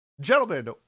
gentlemen